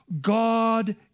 God